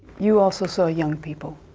you also saw young people.